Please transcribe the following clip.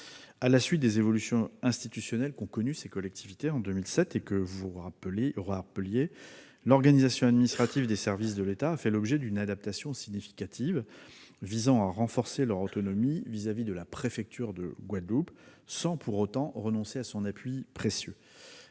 À la suite des évolutions institutionnelles que ces collectivités ont connues en 2007, que vous avez rappelées, l'organisation administrative des services de l'État a fait l'objet d'une adaptation significative visant à renforcer leur autonomie vis-à-vis de la préfecture de Guadeloupe, sans pour autant renoncer à son appui précieux.